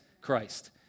Christ